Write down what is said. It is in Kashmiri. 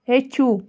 ہیٚچھِو